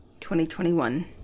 2021